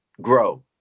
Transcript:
grow